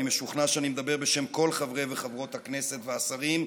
אני משוכנע שאני מדבר בשם כל חברי וחברות הכנסת והשרים,